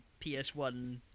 PS1